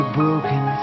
broken